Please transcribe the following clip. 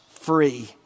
free